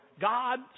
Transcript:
God